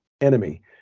enemy